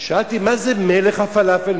שאלתי: מה זה מלך הפלאפל?